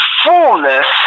fullness